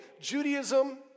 Judaism